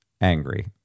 angry